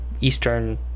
Eastern